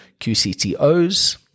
QCTOs